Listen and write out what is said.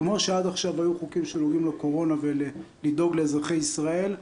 כמו שעד עכשיו היו חוקים שנוגעים לקורונה ולדאוג לאזרחי ישראל,